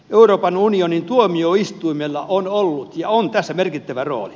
euroopan unionin tuomioistuimella on ollut ja on tässä merkittävä rooli